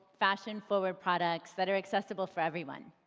fashion-forward products that are accessible for everyone.